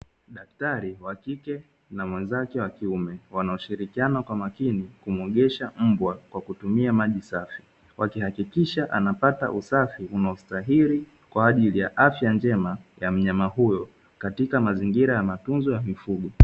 Daktari wa kike na mwenzake wa kiume, wanaoshirikiana kwa makini kumuogesha mbwa kwa kutumia maji safi. Wakihakikisha anapata usafi unaostahili kwaajili ya afya njema ya mnyama huyo katika mazingira ya matunzo ya mifugo.